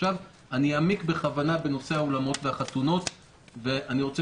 עכשיו אעמיק בכוונה בנושא האולמות והחתונות ואני רוצה